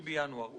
ב-3.1 בינואר.